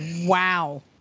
Wow